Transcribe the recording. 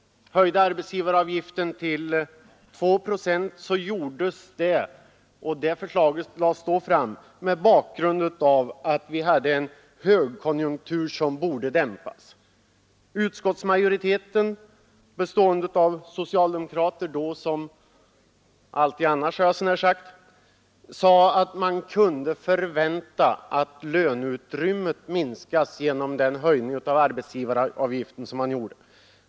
När arbetsgivaravgiften år 1970 höjdes till 2 procent, skedde detta mot bakgrund av att vi hade en högkonjunktur som borde dämpas. Utskottsmajoriteten — socialdemokrater då liksom alltid annars, hade jag så när sagt — ansåg att man kunde förvänta att löneutrymmet skulle minskas genom den höjning av arbetsgivaravgiften som genomfördes.